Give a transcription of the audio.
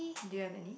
do you have any